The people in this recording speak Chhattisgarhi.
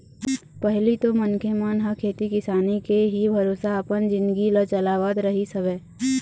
पहिली तो मनखे मन ह खेती किसानी के ही भरोसा अपन जिनगी ल चलावत रहिस हवय